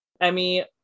Emmy